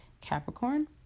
Capricorn